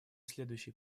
следующей